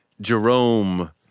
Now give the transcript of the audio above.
Jerome